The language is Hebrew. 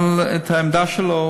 אבל את העמדה שלו,